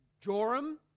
Joram